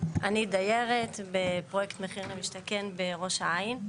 אני דיירת בפרויקט מחיר למשתכן בראש העין.